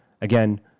again